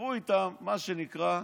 וסגרו איתם, מה שנקרא,